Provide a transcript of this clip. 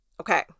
Okay